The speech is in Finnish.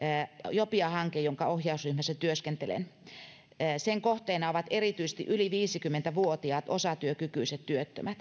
jobia hanke jonka ohjausryhmässä työskentelen sen kohteena ovat erityisesti yli viisikymmentä vuotiaat osatyökykyiset työttömät